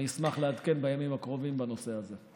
אני אשמח לעדכן בימים הקרובים בנושא הזה.